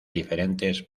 diferentes